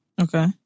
Okay